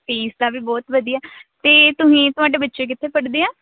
fees ਦਾ ਵੀ ਬਹੁਤ ਵਧੀਆ ਅਤੇ ਤੁਸੀਂ ਤੁਹਾਡੇ ਬੱਚੇ ਕਿੱਥੇ ਪੜ੍ਹਦੇ ਆ